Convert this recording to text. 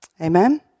Amen